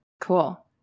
Cool